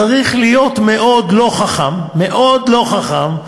צריך להיות מאוד לא חכם, מאוד לא חכם,